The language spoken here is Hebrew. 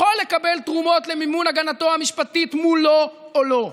לקבל תרומות למימון הגנתו המשפטית מולו או לא?